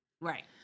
Right